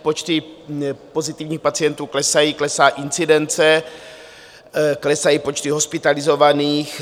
Počty pozitivních pacientů klesají, klesá incidence, klesají počty hospitalizovaných.